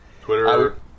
Twitter